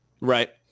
Right